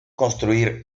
construir